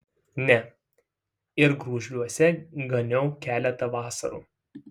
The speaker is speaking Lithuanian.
ne ir gružliuose ganiau keletą vasarų